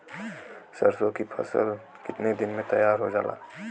सरसों की फसल कितने दिन में तैयार हो जाला?